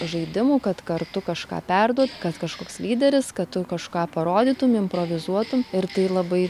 žaidimų kad kartu kažką perduot kad kažkoks lyderis kad tu kažką parodytum improvizuotum ir tai labai